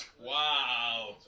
Wow